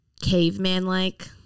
caveman-like